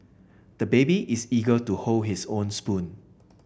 the baby is eager to hold his own spoon